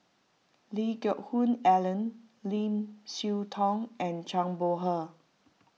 Lee Geck Hoon Ellen Lim Siah Tong and Zhang Bohe